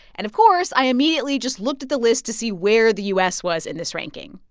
and of course, i immediately just looked at the list to see where the u s. was in this ranking.